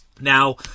Now